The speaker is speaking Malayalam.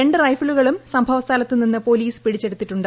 രണ്ട് റൈഫിലുകളും സംഭവ സ്ഥലത്ത് നിന്ന് പോലീസ് പിടിച്ചെടുത്തിട്ടുണ്ട്